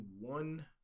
one